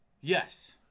Yes